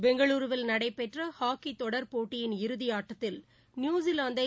பெங்களூருவில் நடைபெற்ற ஹாக்கி தொடர் போட்டியின் இறுதியாட்டத்தில் நியூசிலாந்தை